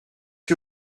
que